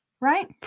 Right